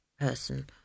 person